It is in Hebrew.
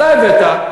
אתה הבאת,